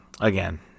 again